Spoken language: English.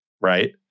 right